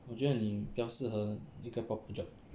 我觉得你比较适合 apply proper job